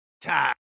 Ta